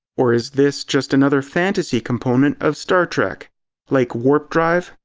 or is this just another fantasy component of star trek like warp drive,